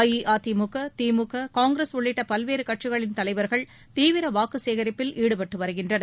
AIADMK DMK Congress உள்ளிட்ட பல்வேறு கட்சிகளின் தலைவர்கள் தீவிர வாக்கு சேகரிப்பில் ஈடுபட்டு வருகின்றனர்